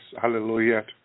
Hallelujah